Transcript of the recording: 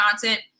content